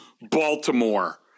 Baltimore